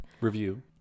Review